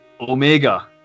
Omega